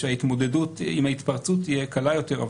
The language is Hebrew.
שההתמודדות עם ההתפרצות תהיה קלה יותר.